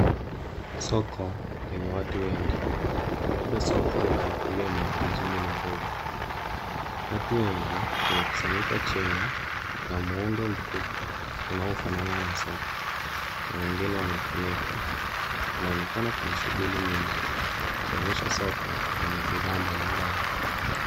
Soko lenye watu wengi, labda soko la wakulima, jijini Nairobi. Watu wengi wamekusanyika chini ya muundo mkubwa, unaofanana na soko na wengine wamefunikwa. Inaonekana yenye shughuli nyingi, ikionyesha soko lenye bidhaa mbalimbali.